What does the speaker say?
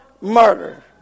murder